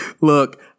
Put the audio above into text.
Look